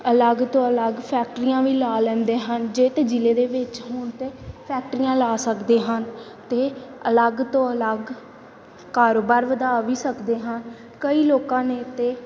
ਅਲੱਗ ਤੋਂ ਅਲੱਗ ਫੈਕਟਰੀਆਂ ਵੀ ਲਾ ਲੈਂਦੇ ਹਨ ਜੇ ਅਤੇ ਜ਼ਿਲ੍ਹੇ ਦੇ ਵਿੱਚ ਹੋਣ ਤਾਂ ਫੈਕਟਰੀਆਂ ਲਾ ਸਕਦੇ ਹਨ ਅਤੇ ਅਲੱਗ ਤੋਂ ਅਲੱਗ ਕਾਰੋਬਾਰ ਵਧਾ ਵੀ ਸਕਦੇ ਹਾਂ ਕਈ ਲੋਕਾਂ ਨੇ ਤਾਂ